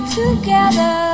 together